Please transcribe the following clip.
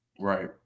right